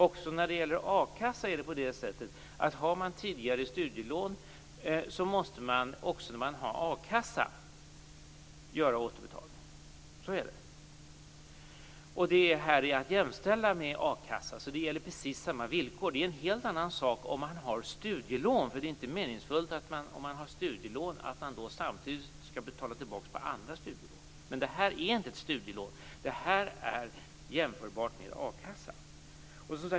Också när man har a-kassa måste man göra återbetalning om man har tidigare studielån. Så är det. Det här är att jämställa med a-kassa. Precis samma villkor gäller. Det är en helt annan sak om man har studielån. Om man har studielån är det ju inte meningsfullt att man samtidigt skall betala tillbaka på andra studielån. Men det här är inte ett studielån. Det här är jämförbart med a-kassa.